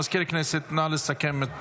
מזכיר הכנסת, נא לסכם את